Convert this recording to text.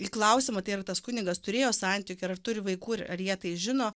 į klausimą tai yra ar tas kunigas turėjo santykį ir ar turi vaikų ir ar jie tai žino